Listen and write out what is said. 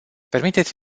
permiteți